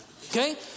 Okay